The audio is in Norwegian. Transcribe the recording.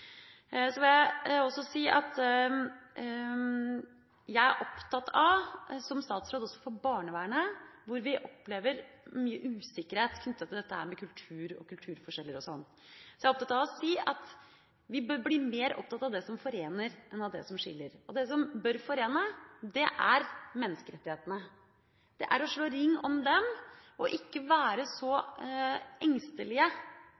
Så vil jeg også si at jeg, som statsråd også for barnevernet, hvor vi opplever mye usikkerhet knyttet til dette med kultur og kulturforskjeller, er opptatt av å si at vi bør bli mer opptatt av det som forener, enn av det som skiller. Det som bør forene, er menneskerettighetene – å slå ring om dem og ikke være